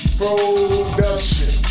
production